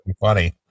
funny